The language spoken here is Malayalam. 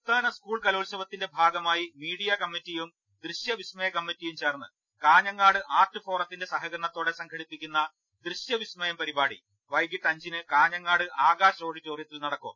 സംസ്ഥാന സ്കൂൾ കലോത്സവത്തിന്റെ ഭാഗമായി മീഡിയ കമ്മ റ്റിയും ദൃശ്യവിസ്മയ കമ്മറ്റിയും ചേർന്ന് കാഞ്ഞങ്ങാട് ആർട്ട് ഫോറ ത്തിന്റെ സഹകരണത്തോടെ സംഘടിപ്പിക്കുന്ന ദൃശ്യവിസ്മയം പരി പാടി വൈകിട്ട് അഞ്ചിന് കാഞ്ഞങ്ങാട് ആകാശ് ഓഡിറ്റോറിയത്തിൽ നടക്കും